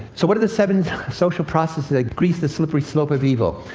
so what are the seven social processes that grease the slippery slope of evil?